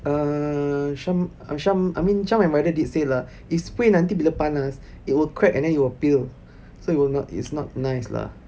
err shum um shum I mean shum my mother did say lah if spray nanti bila panas it will crack and then it will peel so it will not is not nice lah